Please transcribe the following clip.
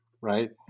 right